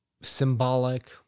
symbolic